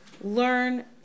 learn